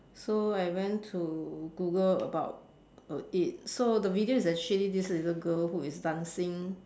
so I went to Google about err it so the video is actually this little girl who is dancing